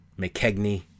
McKegney